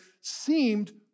seemed